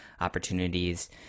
opportunities